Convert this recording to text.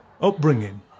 upbringing